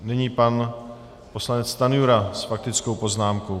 Nyní pan poslanec Stanjura s faktickou poznámkou.